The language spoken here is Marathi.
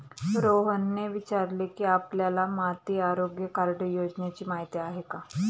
रोहनने विचारले की, आपल्याला माती आरोग्य कार्ड योजनेची माहिती आहे का?